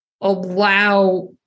allow